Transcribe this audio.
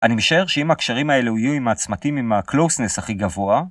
אני משערר שאם הקשרים האלה יהיו עם העצמתים עם הקלוסנס הכי גבוהה...